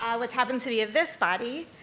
um which happen to be of this body,